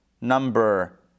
Number